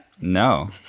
No